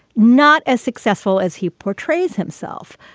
not as successful as he portrays himself.